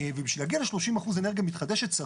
בשביל להגיע ל-30% אנרגיה מתחדשת,